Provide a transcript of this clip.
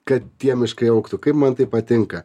kad tie miškai augtų kaip man tai patinka